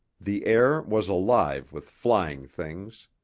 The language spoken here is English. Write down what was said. the air was alive with flying things.